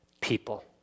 people